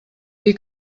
dir